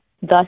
thus